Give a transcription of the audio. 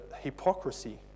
hypocrisy